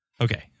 Okay